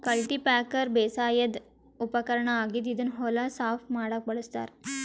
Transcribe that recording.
cultipacker ಬೇಸಾಯದ್ ಉಪಕರ್ಣ್ ಆಗಿದ್ದ್ ಇದನ್ನ್ ಹೊಲ ಸಾಫ್ ಮಾಡಕ್ಕ್ ಬಳಸ್ತಾರ್